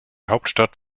hauptstadt